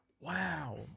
Wow